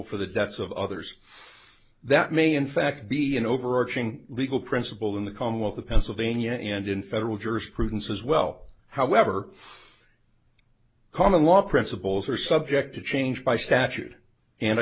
for the deaths of others that may in fact be an overarching legal principle in the commonwealth of pennsylvania and in federal jurisprudence as well however common law principles are subject to change by statute and i